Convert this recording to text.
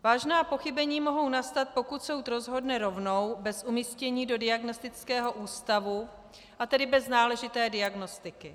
Vážná pochybení mohou nastat, pokud soud rozhodne rovnou, bez umístění do diagnostického ústavu, a tedy bez nálezu diagnostiky.